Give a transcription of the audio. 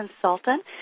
consultant